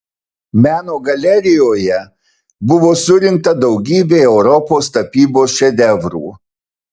meno galerijoje buvo surinkta daugybė europos tapybos šedevrų